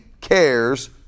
cares